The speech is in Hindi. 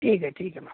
ठीक है ठीक है मैम